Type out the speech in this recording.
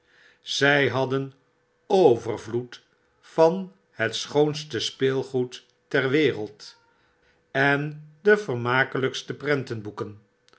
zy hadden overvloed van het schoonste speelgoed ter wereld en de vermakelykste prentenboeken